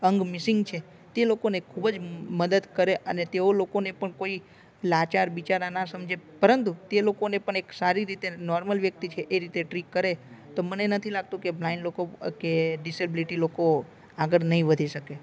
missing છે તે લોકોને ખૂબ જ મદદ કરે અને તેઓ લોકોને પણ કોઈ લાચાર બિચારાના સમજે પરંતુ તે લોકોને પણ એક સારી રીતે નોર્મલ વ્યક્તિ છે એ રીતે ટ્રીટ કરે તો મને નથી લાગતું કે બ્લાઇન્ડ લોકો કે ડિસેબ્લિટી લોકો આગળ નહીં વધી શકે